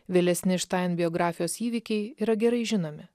vėlesni štain biografijos įvykiai yra gerai žinomi